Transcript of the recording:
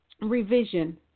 revision